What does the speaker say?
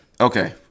Okay